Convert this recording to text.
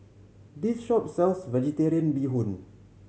this shop sells Vegetarian Bee Hoon